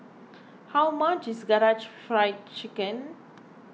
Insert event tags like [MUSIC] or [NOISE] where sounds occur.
[NOISE] how much is Karaage Fried Chicken